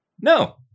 No